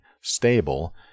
stable